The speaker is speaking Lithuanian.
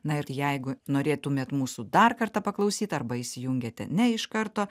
na ir jeigu norėtumėt mūsų dar kartą paklausyt arba įsijungėte ne iš karto